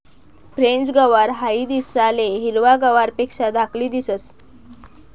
French गवार हाई दिसाले हिरवा गवारपेक्षा धाकली दिसंस